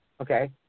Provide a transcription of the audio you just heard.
Okay